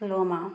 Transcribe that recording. ল'ম আৰু